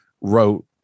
wrote